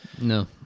no